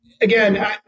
again